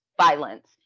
violence